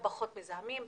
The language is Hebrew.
פחות מזהמים,